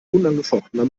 unangefochtener